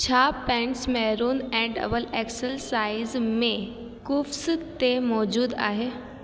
छा pants maroon ऐं double XL size में कूव्स ते मौजूदु आहे